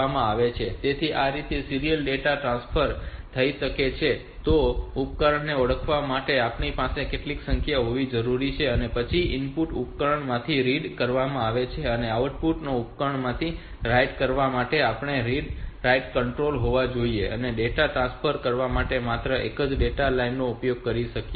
તેથી આ રીતે આ સીરીયલ ડેટા ટ્રાન્સમિશન થશે તો ઉપકરણ ને ઓળખવા માટે આપણી પાસે કેટલીક સંખ્યા હોવી જરૂરી છે અને પછી ઇનપુટ ઉપકરણ માંથી રીડ કરવામાં માટે અને આઉટપુટ ઉપકરણ માંથી રાઈટ કરવાં માટે આપણી રીડ રાઈટ કન્ટ્રોલ હોવા જોઈએ અને ડેટા ટ્રાન્સફર કરવા માટે માત્ર એક જ ડેટા લાઇન નો ઉપયોગ કરી શકાય છે